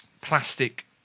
plastic